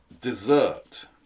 dessert